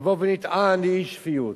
יבוא ויטען לאי-שפיות,